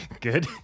Good